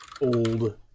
old